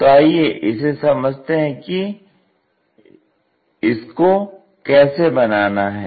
तो आइए इसे समझते हैं कि इसको कैसे बनाना है